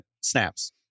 snaps